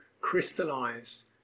crystallize